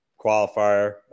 qualifier